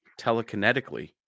telekinetically